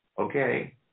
Okay